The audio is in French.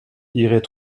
irait